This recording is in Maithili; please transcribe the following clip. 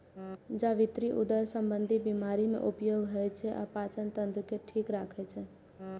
जावित्री उदर संबंधी बीमारी मे उपयोग होइ छै आ पाचन तंत्र के ठीक राखै छै